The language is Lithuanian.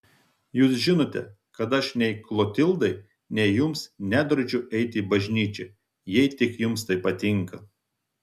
jūs žinote kad aš nei klotildai nei jums nedraudžiu eiti į bažnyčią jei tik jums tai patinka